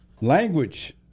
Language